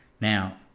Now